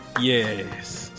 Yes